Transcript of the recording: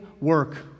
Work